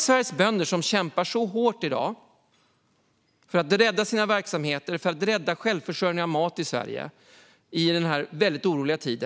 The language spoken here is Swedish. Sveriges bönder, som kämpar så hårt i dag för att rädda sina verksamheter och rädda självförsörjningen av mat i Sverige i denna oroliga tid,